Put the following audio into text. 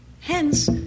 Hence